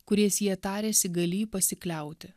kuriais jie tarėsi galį pasikliauti